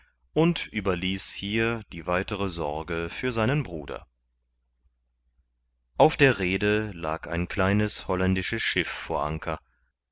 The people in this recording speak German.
und überließ hier die weitere sorge für seinen bruder auf der rhede lag ein kleines holländisches schiff vor anker